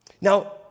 Now